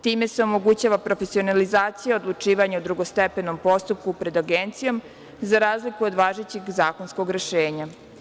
Time se omogućava profesionalizacija odlučivanja u drugostepenom postupku pred Agencijom, za razliku od važećeg zakonskog rešenja.